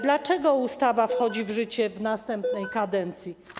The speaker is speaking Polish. Dlaczego ustawa wchodzi w życie w następnej kadencji?